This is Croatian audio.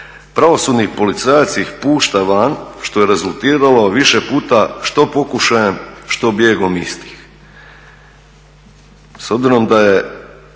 Pravosudni policajac ih pušta van što je rezultiralo više puta što pokušajem što bijegom istih.